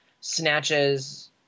snatches